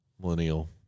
Millennial